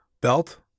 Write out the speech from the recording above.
belt